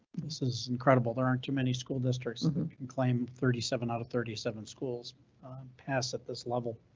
this is incredible. there aren't too many. school districts can claim thirty seven out of thirty seven schools pass at this level.